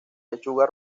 lechuga